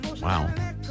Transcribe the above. wow